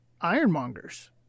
ironmongers